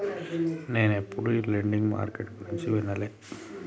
నేనెప్పుడు ఈ lending market గురించి వినలే